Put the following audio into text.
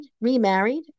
remarried